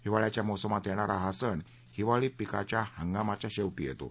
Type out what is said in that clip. हिवाळयाच्या मोसमात येणारा हा सण हिवाळी पीकांच्या हंगामाच्या शेवटी येतो